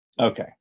Okay